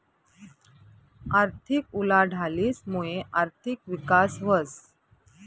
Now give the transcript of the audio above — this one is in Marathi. आर्थिक उलाढालीस मुये आर्थिक विकास व्हस